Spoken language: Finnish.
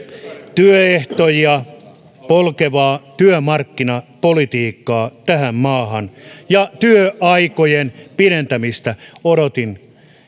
työehtoja polkevaa työmarkkinapolitiikkaa tähän maahan ja työaikojen pidentämistä odotin